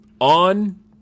On